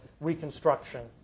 reconstruction